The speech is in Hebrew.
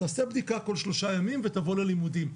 תעשה בדיקה כל שלושה ימים ותבוא ללימודים.